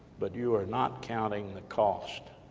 but you are not counting the cost.